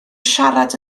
siarad